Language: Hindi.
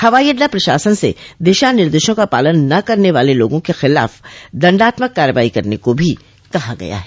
हवाई अड्डा प्रशासन से दिशा निर्देशों का पालन न करन वाले लोगों के खिलाफ दंडात्मक कार्रवाई करने को भी कहा गया है